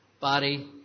body